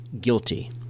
guilty